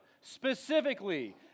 Specifically